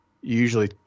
usually